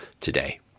today